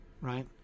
Right